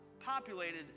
populated